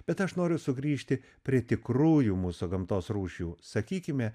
bet aš noriu sugrįžti prie tikrųjų mūsų gamtos rūšių sakykime